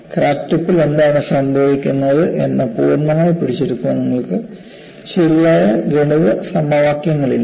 crack ടിപ്പിൽ എന്താണ് സംഭവിക്കുന്നത് എന്ന് പൂർണ്ണമായി പിടിച്ചെടുക്കാൻ നിങ്ങൾക്ക് ശരിയായ ഗണിത സമവാക്യങ്ങളില്ല